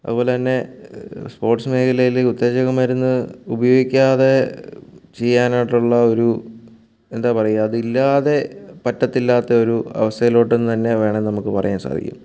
അതുപോലെതന്നെ സ്പോർട്സ് മേഖലയിൽ ഉത്തേജകമരുന്ന് ഉപയോഗിക്കാതെ ചെയ്യാനായിട്ടുള്ള ഒരു എന്താ പറയാ അതില്ലാതെ പറ്റത്തില്ലാത്തൊരു അവസ്ഥയിലോട്ടെന്ന് തന്നെ വേണേൽ നമുക്ക് പറയാൻ സാധിക്കും